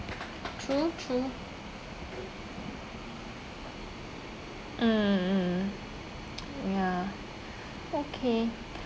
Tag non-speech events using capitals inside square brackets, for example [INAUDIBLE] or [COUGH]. [NOISE] true true mm mm mm [NOISE] ya okay